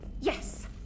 Yes